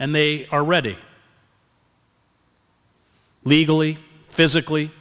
and they are ready legally physically